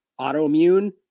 autoimmune